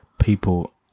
people